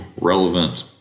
relevant